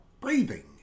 breathing